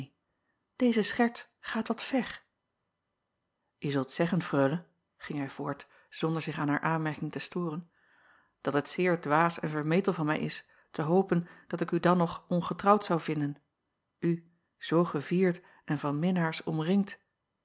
deze scherts gaat wat ver e zult zeggen reule ging hij voort zonder zich aan haar aanmerking te storen dat het zeer dwaas en vermetel van mij is te hopen dat ik u dan nog ongetrouwd zou vinden u zoo gevierd en van minnaars omringd